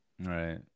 Right